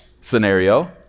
scenario